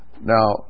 Now